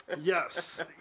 Yes